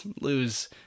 lose